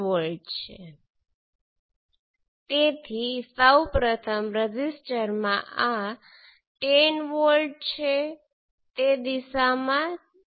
અને voltage V2 બીજુ કંઈ નથી પણ આ 1 કિલો Ω રેઝિસ્ટર પરનો વોલ્ટેજ ડ્રોપ છે